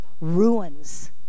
ruins